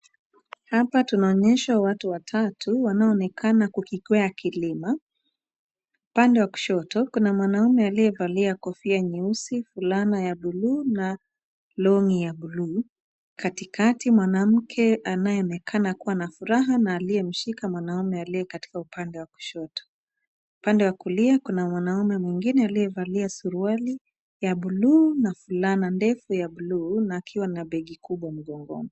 Hapa tunaonyeshwa watu watatu wanaoonekana kukikwea kilima. Upande wa kushoto, kuna mwanaume aliyevalia kofia nyeusi, fulana ya buluu na longi ya buluu. Katikati mwanamke anayeonekana kuwa na furaha, na aliyemshika mwanaume aliye katika upande wa kushoto. Upande wa kulia kuna mwanaume mwingine aliyevalia suruali ya buluu, na fulana ndefu ya buluu na akiwa na begi kubwa mgongoni.